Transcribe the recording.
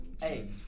Hey